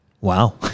Wow